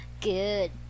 Good